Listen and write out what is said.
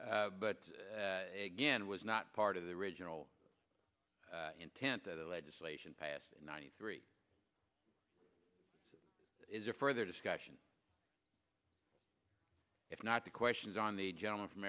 it but again was not part of the original intent of the legislation passed in ninety three is a further discussion if not to questions on the gentleman from